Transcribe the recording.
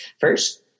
First